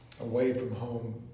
away-from-home